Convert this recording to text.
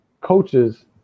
coaches